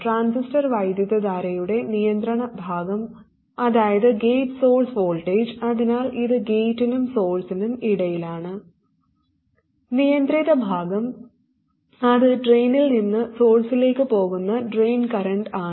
transistor വൈദ്യുതധാരയുടെ നിയന്ത്രണ ഭാഗം അതായത് ഗേറ്റ് സോഴ്സ് വോൾട്ടേജ് അതിനാൽ ഇത് ഗേറ്റിനും സോഴ്സ്നും ഇടയിലാണ് നിയന്ത്രിത ഭാഗം അത് ഡ്രെയിനിൽ നിന്ന് സോഴ്സിലേക്ക് പോകുന്ന ഡ്രെയിൻ കറന്റാണ്